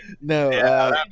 no